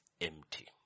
empty